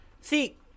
See